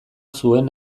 zuen